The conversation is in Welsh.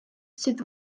sydd